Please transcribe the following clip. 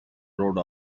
rode